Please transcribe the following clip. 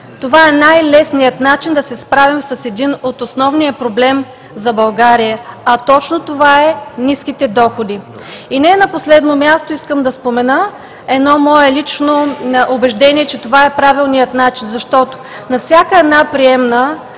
това е най-лесният начин да се справим с един основен проблем за България, а точно това са ниските доходи. И не на последно място искам да спомена едно мое лично убеждение, че това е правилният начин, защото на всяка една приемна